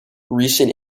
recent